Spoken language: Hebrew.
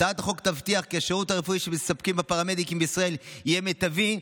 הצעת החוק תבטיח כי השירות הרפואי שמספקים הפרמדיקים בישראל יהיה מיטבי,